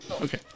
Okay